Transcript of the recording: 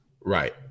Right